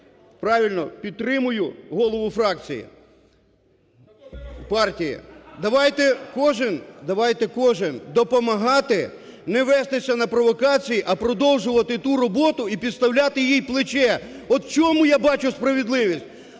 правильно, підтримую голову фракції партії. Давайте кожен допомагати, не вестися на провокації, а продовжувати ту роботу і підставляти їй плече. От в чому я бачу справедливість.